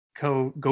go